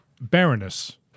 Baroness